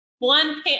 One